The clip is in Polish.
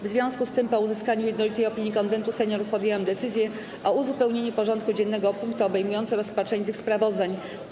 W związku z tym, po uzyskaniu jednolitej opinii Konwentu Seniorów, podjęłam decyzję o uzupełnieniu porządku dziennego o punkty obejmujące rozpatrzenie tych sprawozdań.